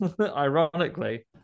Ironically